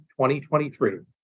2023